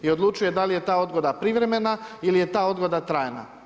I odlučuje da li je ta odgoda privremena ili je ta odgoda trajna.